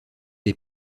des